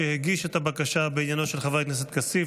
שהגיש את הבקשה בעניינו של חבר הכנסת כסיף,